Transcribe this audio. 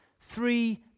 three